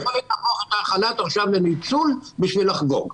אי-אפשר להפוך את החל"ת לשיטת ניצול על מנת לחגוג.